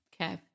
Okay